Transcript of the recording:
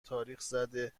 تاریخزده